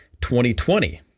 2020